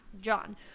John